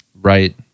Right